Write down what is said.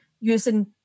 using